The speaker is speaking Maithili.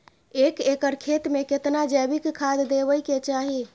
एक एकर खेत मे केतना जैविक खाद देबै के चाही?